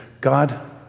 God